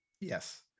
Yes